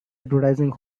advertising